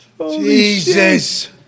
Jesus